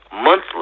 monthly